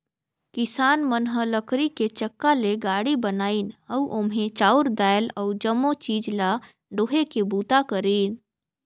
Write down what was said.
किसान मन ह लकरी के चक्का ले गाड़ी बनाइन अउ ओम्हे चाँउर दायल अउ जमो चीज ल डोहे के बूता करिन